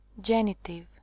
genitive